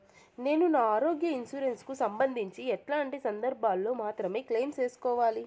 నేను నా ఆరోగ్య ఇన్సూరెన్సు కు సంబంధించి ఎట్లాంటి సందర్భాల్లో మాత్రమే క్లెయిమ్ సేసుకోవాలి?